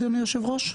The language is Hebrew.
אדוני היושב-ראש?